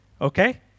Okay